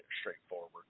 straightforward